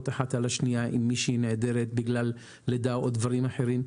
אחת על השניה אם מישהי נעדרת בגלל לידה או דברים אחרים.